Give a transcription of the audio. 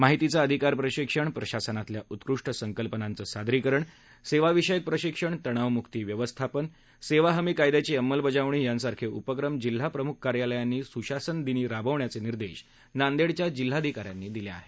माहितीचा अधिकार प्रशिक्षण प्रशासनातल्या उत्कृष्ट संकल्पनांचं सादरीकरण सेवाविषयक प्रशिक्षण तणाव मुक्ती व्यवस्थापन सेवा हमी कायदयाची अंमलबजावणी यासारखे उपक्रम जिल्हा प्रमुख कार्यालयांनी स्शासन दिनी राबवण्याचे निर्देश नांदेडच्या जिल्हाधिका यांनी दिले आहेत